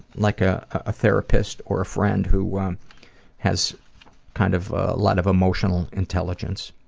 like a a therapist or a friend who um has kind of a a lot of emotional intelligence.